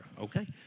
Okay